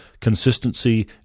consistency